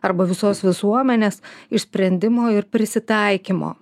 arba visos visuomenės išsprendimo ir prisitaikymo